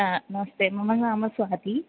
नमस्ते मम नाम स्वाती